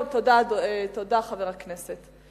תודה, חבר הכנסת.